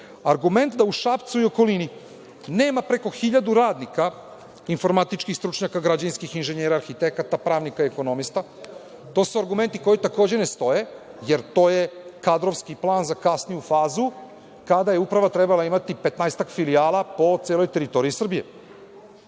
Argument da u Šapcu i okolini nema preko 1.000 radnika, informatičkih stručnjaka, građevinskih inženjera, arhitekata, pravnika i ekonomista su argumenti koji ne stoje, jer to je kadrovski plan za kasniju fazu kada je Uprava trebala imati petnaestak filijala po celoj teritoriji Srbije.